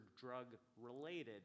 drug-related